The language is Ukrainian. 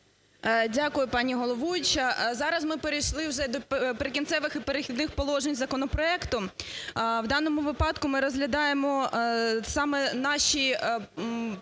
Дякую, пані головуюча. Зараз ми перейшли до "Прикінцевих і перехідних положень" законопроекту. В даному випадку ми розглядаємо саме наші